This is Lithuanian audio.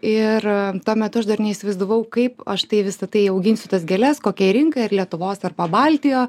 ir tuo metu aš dar neįsivaizdavau kaip aš visa tai auginsiu tas gėles kokiai rinkai ir lietuvos arba pabaltijo